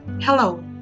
Hello